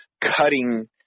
cutting